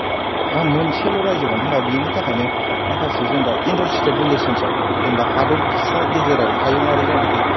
मोनसेल रायजोमोन होमबा बेनिथाखायनो माखासे जेनबा इन्टार स्टेतस रिलेसनसाव जेनबा हादरसा गेजेरारि हायुङारि जायनाखि